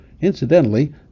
incidentally